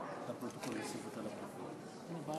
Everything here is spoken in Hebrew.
היושב-ראש, לפרוטוקול.